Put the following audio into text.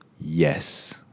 Yes